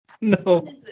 No